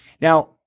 Now